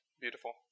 Beautiful